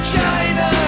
China